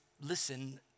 listen